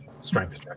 strength